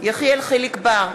יחיאל חיליק בר,